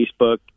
Facebook